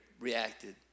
reacted